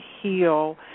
heal